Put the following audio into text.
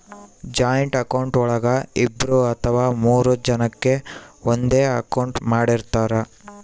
joint account ಒಳಗ ಇಬ್ರು ಅಥವಾ ಮೂರು ಜನಕೆ ಒಂದೇ ಅಕೌಂಟ್ ಮಾಡಿರ್ತರಾ